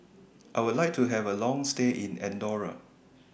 I Would like to Have A Long stay in Andorra